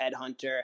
headhunter